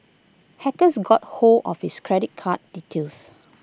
hackers got hold of his credit card details